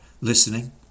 listening